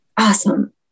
awesome